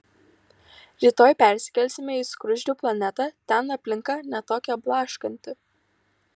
rytoj persikelsime į skruzdžių planetą ten aplinka ne tokia blaškanti